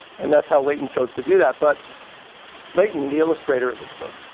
and that's how leighton chose to do that. but leighton, the illustrator of this book,